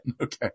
Okay